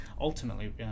ultimately